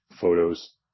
photos